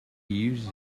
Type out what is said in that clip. use